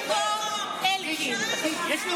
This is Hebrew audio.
אדוני היושב-ראש,